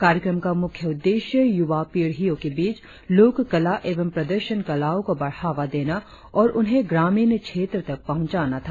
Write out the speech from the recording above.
कार्यक्रम का मुख्य उद्देश्य युवा पीढ़ीयो के बीच लोक कला एवं प्रदर्शन कलाओ को बढ़ावा देना और उन्हें ग्रामीण क्षेत्र तक पहुचाना था